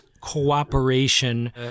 cooperation